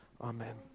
Amen